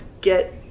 get